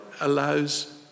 allows